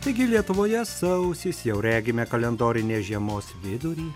taigi lietuvoje sausis jau regime kalendorinės žiemos vidurį